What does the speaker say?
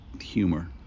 humor